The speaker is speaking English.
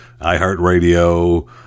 iHeartRadio